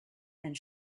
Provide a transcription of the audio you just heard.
and